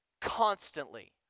constantly